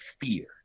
fear